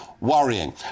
worrying